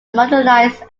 modernised